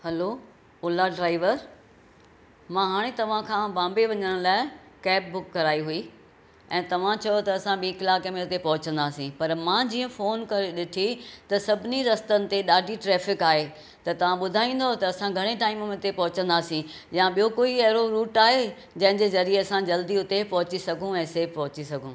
hello Ola driver मां हाणे तव्हां खां बॉम्बे वञण लाइ कैब बुक कराई हुई ऐं तव्हां चयो त असां ॿीं कलाकें में हुते पहुचंदासीं पर मां जीअं फोन करे ॾिठी त सभिनी रस्तनि ते ॾाढी ट्रेफिक आहे त तव्हां बुधाईंदो त असां घणे टाइम में हुते पहुचंदासीं या ॿियो कोई अहिड़ो रूट आहे जंहिंजे ज़रिए असां जल्दी हुते पहुंची सघूं ऐं सेफ पहुंची सघूं